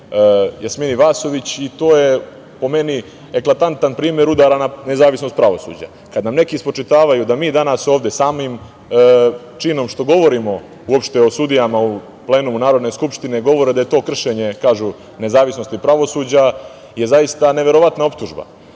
Jasmini Vasović. To je po meni eklatantan primer udara na nezavisnost pravosuđa. Kada nam neki spočitavaju da mi danas ovde samim činom što govorimo uopšte o sudijama u plenumu Narodne skupštine govore da je to kršenje, kažu, nezavisnosti pravosuđa je zaista neverovatna optužba. Kada